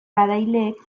garaileek